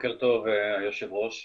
בוקר טוב, היושב ראש.